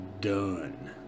done